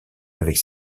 avec